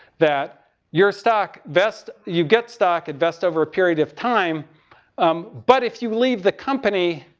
that your stock vests, you get stock invest over a period of time um but if you leave the company,